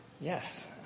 Yes